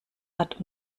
hat